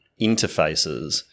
interfaces